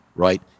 Right